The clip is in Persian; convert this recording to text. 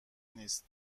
نیست